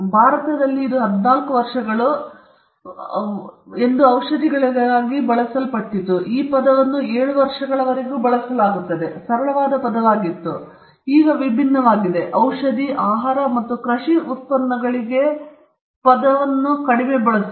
ಭಾರತದಲ್ಲಿ ಇದು 14 ವರ್ಷಗಳು ಮತ್ತು ಭಾರತದಲ್ಲಿ ಔಷಧಿಗಳಿಗಾಗಿ ಬಳಸಲ್ಪಟ್ಟಿದೆ ಈ ಪದವನ್ನು 7 ವರ್ಷಗಳ ವರೆಗೆ ಬಳಸಲಾಗುತ್ತದೆ ಇದು ಒಂದು ಸರಳವಾದ ಪದವಾಗಿತ್ತು ಇದು ವಿಭಿನ್ನವಾಗಿದೆ ಔಷಧಿ ಆಹಾರ ಮತ್ತು ಕೃಷಿ ಉತ್ಪನ್ನಗಳಿಗೆ ಪದವನ್ನು ಕಡಿಮೆ ಬಳಸುವುದು